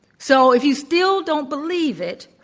so, if you still don't believe it,